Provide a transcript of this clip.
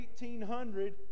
1800